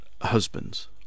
husbands